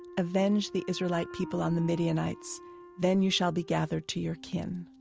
avenge the israelite people on the midianites then you shall be gathered to your kin